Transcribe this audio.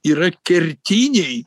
yra kertiniai